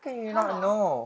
how long